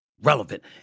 relevant